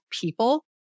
people